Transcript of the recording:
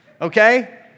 okay